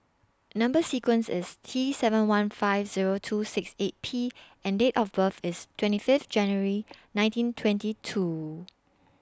Number sequence IS T seven one five Zero two six eight P and Date of birth IS twenty Fifth January nineteen twenty two